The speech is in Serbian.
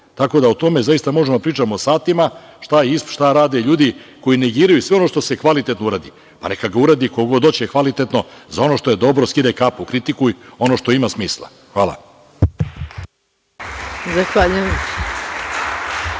tako da o tome možemo da pričamo satima šta je JISP, šta rade ljudi koji negiraju sve ono što se kvalitetno uradi. Pa, neka ga uradi ko god hoće kvalitetno. Za ono što je dobro, skidaj kapu. Kritikuj ono što ima smisla. Hvala.